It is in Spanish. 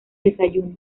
desayuno